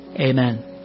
amen